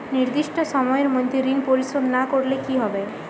নির্দিষ্ট সময়ে মধ্যে ঋণ পরিশোধ না করলে কি হবে?